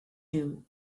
you